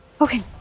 Okay